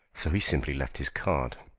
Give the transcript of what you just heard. so he simply left his card.